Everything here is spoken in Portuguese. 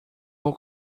vou